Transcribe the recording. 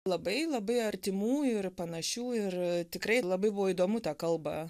labai labai artimų ir panašių ir tikrai labai buvo įdomu tą kalbą